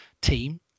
team